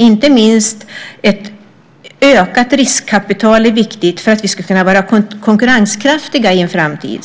Inte minst ett ökat riskkapital är viktigt för att vi ska kunna vara konkurrenskraftiga i en framtid.